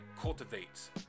cultivates